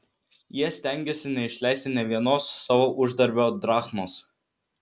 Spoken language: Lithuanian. jie stengėsi neišleisti nė vienos savo uždarbio drachmos